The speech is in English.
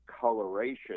coloration